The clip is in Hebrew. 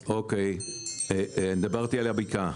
אוקי, דיברתי על הבקעה,